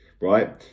right